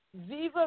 Viva